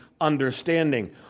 understanding